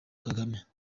kagame